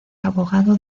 abogado